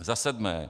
Za sedmé.